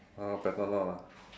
uh ah